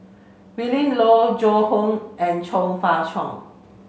Willin Low Joan Hon and Chong Fah Cheong